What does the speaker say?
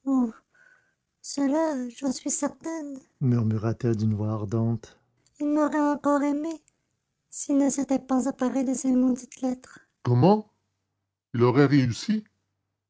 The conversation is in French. cela j'en suis certaine murmura-t-elle d'une voix ardente il m'aurait encore aimée s'il ne s'était pas emparé de ces maudites lettres comment il aurait réussi